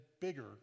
bigger